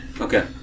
Okay